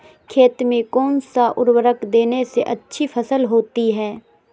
खेत में कौन सा उर्वरक देने से अच्छी फसल होती है?